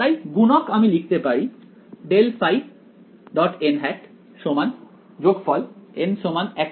তাই গুণক আমি লিখতে পারি ∇ϕ npn